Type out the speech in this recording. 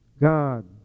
God